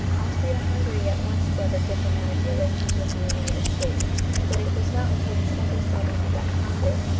austria-hungary at once severed diplomatic relations with the united states but it was not until december seven that congress,